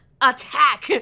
attack